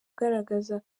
ugaragaza